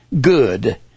good